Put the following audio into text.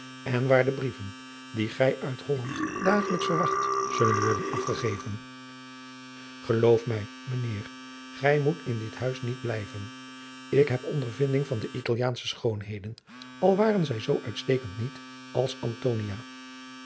en waar de brieven die gij uit holland dagelijks verwacht zullen worden afgegeven geloof mij mijn heer gij moet in dit huis niet blijven ik heb ondervinding van de italiaansche schoonheden al waren zij zoo uitstekend niet als